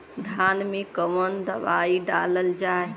धान मे कवन दवाई डालल जाए?